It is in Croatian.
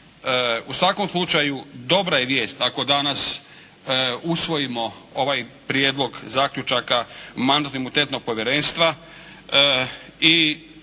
U svakom slučaju dobra je vijest ako danas usvojimo ovaj prijedlog zaključaka Mandatno-imunitetnog povjerenstva